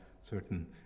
certain